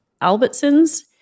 Albertson's